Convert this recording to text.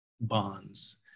bonds